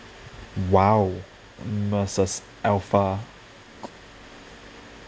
!wow! missus alpha